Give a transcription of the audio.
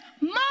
more